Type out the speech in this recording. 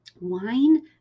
wine